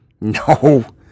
No